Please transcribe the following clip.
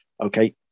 okay